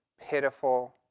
pitiful